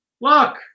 Look